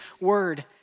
word